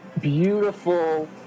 beautiful